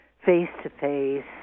face-to-face